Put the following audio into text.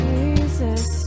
Jesus